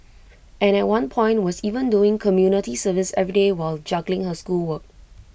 and at one point was even doing community service every day while juggling her schoolwork